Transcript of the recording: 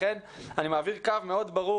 לכן אני מעביר קו מאוד ברור,